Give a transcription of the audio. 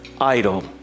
idol